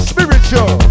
Spiritual